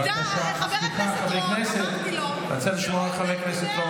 רוצה לשמוע את חברי הכנסת.